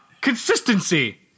Consistency